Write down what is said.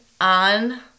on